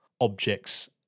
objects